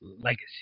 legacy